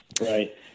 Right